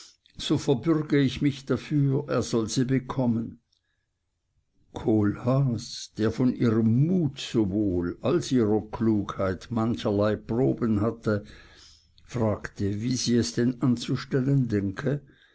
so verbürge ich mich dafür er soll sie bekommen kohlhaas der von ihrem mut sowohl als ihrer klugheit mancherlei proben hatte fragte wie sie es denn anzustellen denke